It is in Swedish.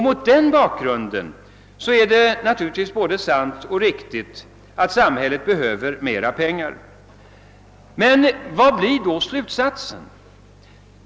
Mot denna bakgrund är det naturligtvis både sant och riktigt att samhället behöver mera pengar. Men vad blir då slutsatsen?